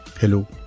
Hello